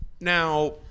Now